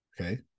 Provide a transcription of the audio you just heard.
Okay